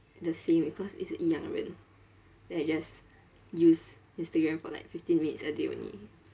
the same eh cause 一直一样的人 then I just use instagram for like fifteen minutes a day only